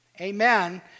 Amen